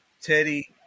Teddy